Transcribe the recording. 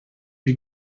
you